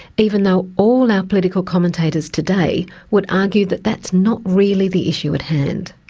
even though all our political commentators today would argue that that's not really the issue at hand.